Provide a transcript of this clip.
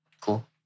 Cool